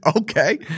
okay